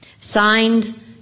Signed